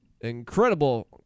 incredible